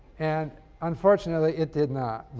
and unfortunately it did not, but